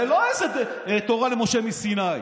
זה לא איזו תורה למשה מסיני,